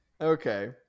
Okay